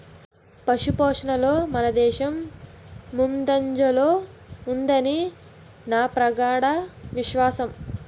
పశుపోషణలో మనదేశం ముందంజలో ఉంటుదని నా ప్రగాఢ విశ్వాసం